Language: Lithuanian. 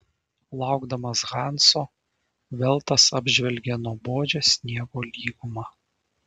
laukdamas hanso veltas apžvelgė nuobodžią sniego lygumą